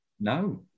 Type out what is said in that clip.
No